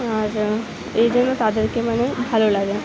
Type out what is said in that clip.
আর এই জন্য তাদেরকে মানে ভালো লাগে